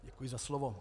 Děkuji za slovo.